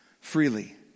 Freely